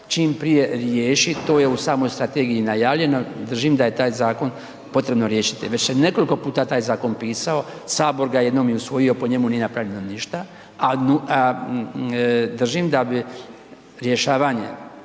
čim prije riješi. To je u samoj strategiji najavljeno, držim da je taj zakon potrebno riješiti. Već se nekoliko puta taj zakon pisao, sabor ga je jednom i usvojio, po njemu nije napravljeno ništa, a držim da bi rješavanje